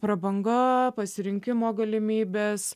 prabanga pasirinkimo galimybės